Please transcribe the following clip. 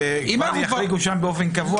כדי שיחריגו שם באופן קבוע.